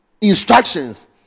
instructions